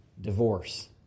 Divorce